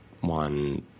one